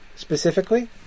Specifically